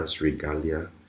regalia